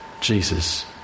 Jesus